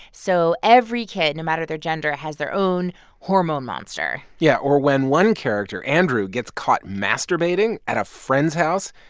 so every kid, no matter their gender, has their own hormone monster yeah. or when one character, andrew, gets caught masturbating at a friend's house,